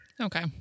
okay